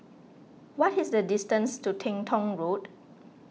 what is the distance to Teng Tong Road